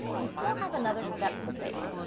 you still have another step to take.